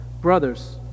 Brothers